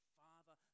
father